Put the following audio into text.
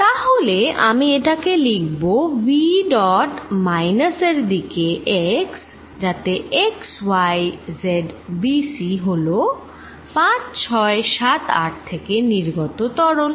তাহলে আমি এটাকে লিখব হলো v ডট মাইনাস এর দিকে x যাতে x y z b c যা হলো 5 6 7 8 থেকে নির্গত তরল